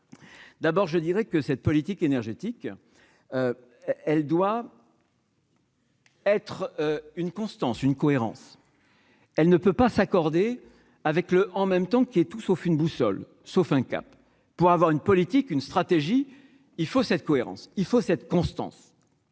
d'abord, je dirais que cette politique énergétique, elle doit. être une constance, une cohérence, elle ne peut pas s'accorder avec le en même temps qui est tout sauf une boussole, sauf un cap pour avoir une politique, une stratégie il faut cette cohérence, il faut cette constance,